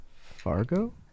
Fargo